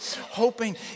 Hoping